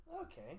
Okay